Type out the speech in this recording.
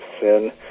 sin